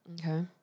Okay